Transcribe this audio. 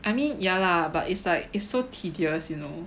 I mean ya lah but it's like is so tedious you know